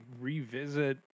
revisit